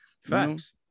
Facts